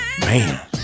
Man